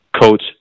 coach